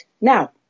now